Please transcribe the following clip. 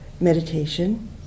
meditation